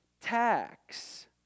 tax